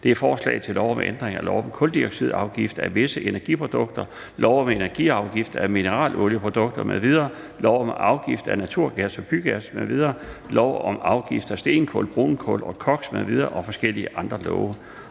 L 183: Forslag til lov om ændring af lov om kuldioxidafgift af visse energiprodukter, lov om energiafgift af mineralolieprodukter m.v., lov om afgift af naturgas og bygas m.v., lov om afgift af stenkul, brunkul og koks m.v. og forskellige andre love.